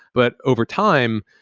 but overtime,